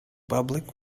public